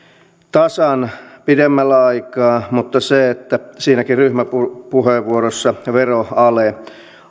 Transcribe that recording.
tasan pidemmällä aikaa mutta siinäkin ryhmäpuheenvuorossa veroale